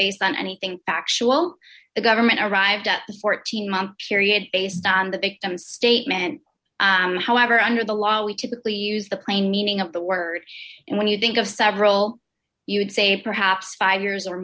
based on anything actual the government arrived at the fourteen month period based on the victim's statement however under the law we typically use the plain meaning of the words and when you think of several you would say perhaps five years or